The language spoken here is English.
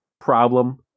problem